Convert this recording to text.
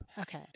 Okay